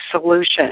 solution